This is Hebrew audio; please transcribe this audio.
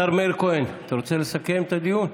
השר מאיר כהן, אתה רוצה לסכם את הדיון?